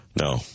No